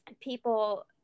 people